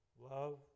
Love